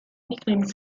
nickname